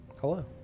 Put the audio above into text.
Hello